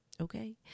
Okay